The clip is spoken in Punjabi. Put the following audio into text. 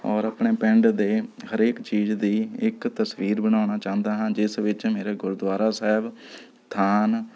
ਔਰ ਆਪਣੇ ਪਿੰਡ ਦੇ ਹਰੇਕ ਚੀਜ਼ ਦੀ ਇੱਕ ਤਸਵੀਰ ਬਣਾਉਣਾ ਚਾਹੁੰਦਾ ਹਾਂ ਜਿਸ ਵਿੱਚ ਮੇਰੇ ਗੁਰਦੁਆਰਾ ਸਾਹਿਬ ਥਾਨ